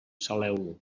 saleu